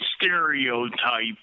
stereotype